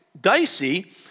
dicey